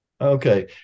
Okay